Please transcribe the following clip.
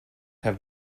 have